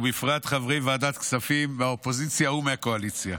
ובפרט חברי ועדת הכספים מהאופוזיציה ומהקואליציה,